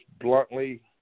bluntly